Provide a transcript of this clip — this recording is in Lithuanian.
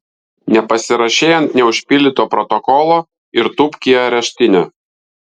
nepasirašei ant neužpildyto protokolo ir tūpk į areštinę